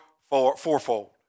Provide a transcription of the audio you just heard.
fourfold